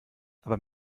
aber